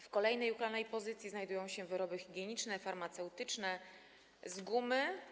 W kolejnej uchylanej pozycji znajdują się wyroby higieniczne i farmaceutyczne z gumy.